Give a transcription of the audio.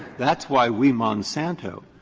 that's why we, monsanto,